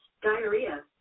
diarrhea